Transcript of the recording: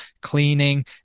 cleaning